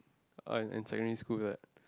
uh in in secondary school that